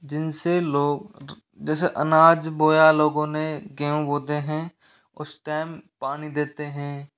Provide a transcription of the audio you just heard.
जिनसे लोग जैसे अनाज बोया लोगों ने गेंहू बोते हैं उस टाइम पानी देते हैं